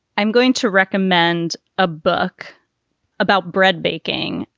i'm going to recommend a book about bread baking.